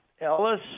Ellis